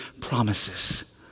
promises